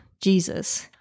Jesus